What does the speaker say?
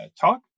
talk